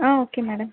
okay madam